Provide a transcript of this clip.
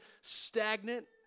stagnant